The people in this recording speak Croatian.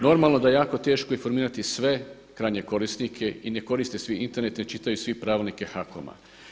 Normalno je da je jako teško informirati sve krajnje korisnike i ne koristite svi Internet i ne čitaju svi pravilnike HAKOM-a.